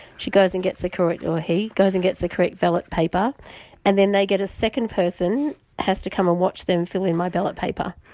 she goes and gets the correct or he goes and gets the correct ballot paper and then they get a second person has to come and watch them fill in my ballot paper.